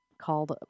called